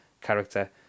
character